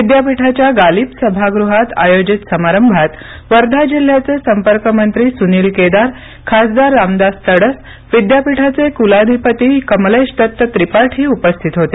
विद्यापीठाच्या गालिब सभागृहात आयोजित समारंभात वर्धा जिल्हयाचे संपर्कमंत्री सुनील केदार खासदार रामदास तडस विद्यापीठाचे कुलाधिपति कमलेश दत्तक त्रिपाठी उपस्थित होते